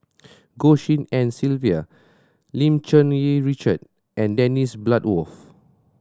Goh Tshin En Sylvia Lim Cherng Yih Richard and Dennis Bloodworth